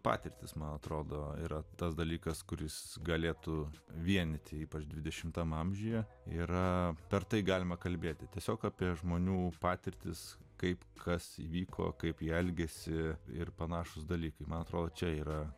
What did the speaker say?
patirtys man atrodo yra tas dalykas kuris galėtų vienyti ypač dvidešimtam amžiuje yra per tai galima kalbėti tiesiog apie žmonių patirtis kaip kas įvyko kaip jie elgiasi ir panašūs dalykai man atrodo čia yra